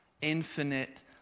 infinite